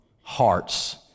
Hearts